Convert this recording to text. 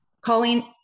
Colleen